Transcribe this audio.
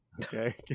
Okay